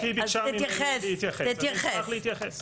גברתי ביקשה ממני להתייחס, אני אשמח להתייחס.